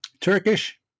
Turkish